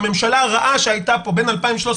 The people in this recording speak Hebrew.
הממשלה הרעה שהייתה פה בין 2013,